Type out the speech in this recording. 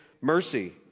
mercy